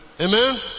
Amen